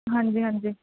ਹਾਂਜੀ ਹਾਂਜੀ